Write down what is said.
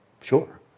Sure